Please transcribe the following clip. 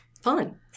fun